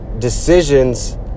decisions